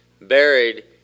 buried